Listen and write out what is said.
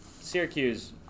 Syracuse